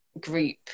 group